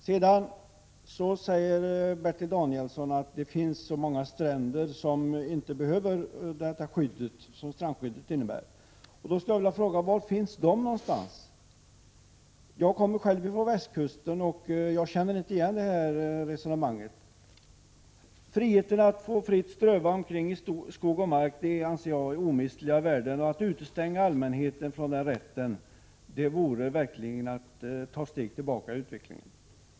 Vidare sade Bertil Danielsson att det finns så många stränder som inte behöver det skydd som strandskyddet innebär. Då skulle jag vilja fråga: Var någonstans finns de? Jag kommer själv från västkusten, och jag känner inte igen det resonemanget. Att fritt få ströva omkring i skog och mark anser jag är omistliga värden och att utestänga allmänheten från den rätten vore verkligen att ta ett steg tillbaka i utvecklingen.